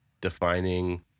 defining